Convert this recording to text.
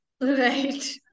Right